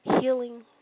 healing